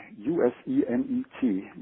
U-S-E-N-E-T